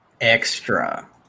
extra